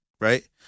Right